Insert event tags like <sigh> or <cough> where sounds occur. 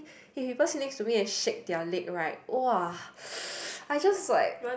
if people sit next to me and shake their leg right !wah! <noise> I just like